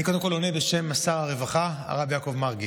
אני עונה בשם שר הרווחה, הרב יעקב מרגי.